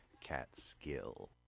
Catskill